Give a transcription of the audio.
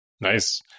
Nice